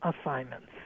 assignments